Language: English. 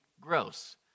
gross